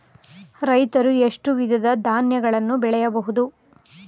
ರೈತರು ಎಷ್ಟು ವಿಧದ ಧಾನ್ಯಗಳನ್ನು ಬೆಳೆಯಬಹುದು?